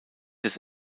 des